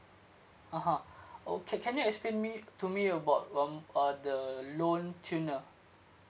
ah ha okay can you explain me to me about um uh the loan tenure